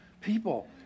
people